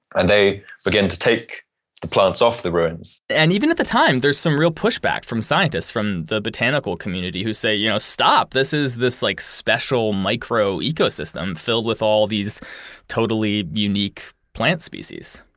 and they began to take the plants off the ruins and even at the time, there's some real pushback from scientists from the botanical community who say, you know stop, this is this like special micro-ecosystem filled with all these totally unique plant species.